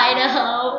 Idaho